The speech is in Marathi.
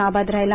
नाबाद राहिला